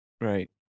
Right